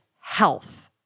health